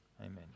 Amen